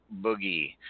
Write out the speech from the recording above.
Boogie